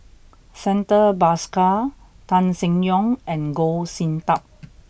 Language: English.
Santha Bhaskar Tan Seng Yong and Goh Sin Tub